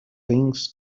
things